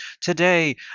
today